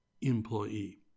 employee